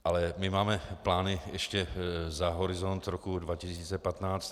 Ale my máme plány ještě za horizont roku 2015.